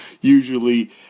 usually